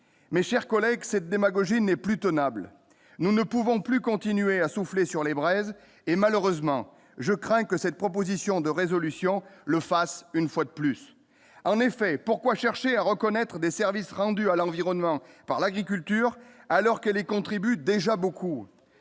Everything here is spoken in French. mes chers collègues, cette démagogie n'est plus tenable : nous ne pouvons plus continuer à souffler sur les braises et malheureusement je crains que cette proposition de résolution le fassent une fois de plus, en effet, pourquoi chercher à reconnaître des services rendus à l'environnement par l'agriculture alors que les contribue déjà beaucoup,